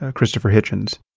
ah christopher hitchens.